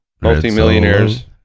Multi-millionaires